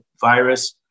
virus